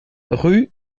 rue